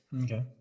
Okay